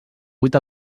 vuit